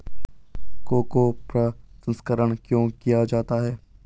Cocoa प्रसंस्करण क्यों किया जाता है?